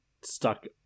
stuck